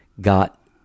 got